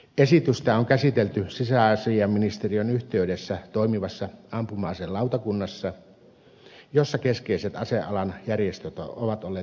esitystä on käsitelty sisäasiainministeriön yhteydessä toimivassa ampuma aselautakunnassa jossa keskeiset asealan järjestöt ovat olleet edustettuina